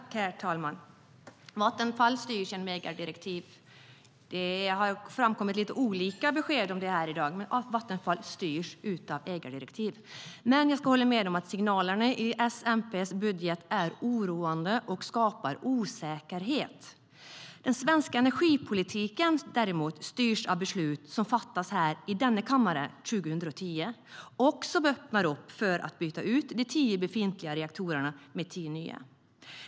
Herr talman! Vattenfall styrs genom ägardirektiv. Det har framkommit lite olika besked om det i dag, men det är ett faktum att Vattenfall styrs genom ägardirektiv. Jag håller med om att signalerna i S-MP-budgeten är oroande och skapar osäkerhet. Den svenska energipolitiken styrs däremot av beslut som fattades i denna kammare 2010 och som öppnar upp för att byta ut de tio befintliga reaktorerna mot tio nya.